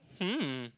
hmm